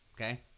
okay